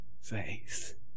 faith